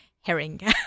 herring